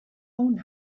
own